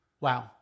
wow